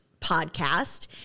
podcast